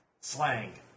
slang